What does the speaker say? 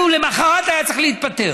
הציבור מחליט בסופו של דבר.